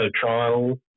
trial